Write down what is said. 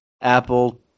Apple